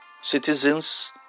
citizens